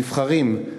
נבחרים,